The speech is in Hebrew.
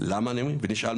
ולמה אני אומר את זה?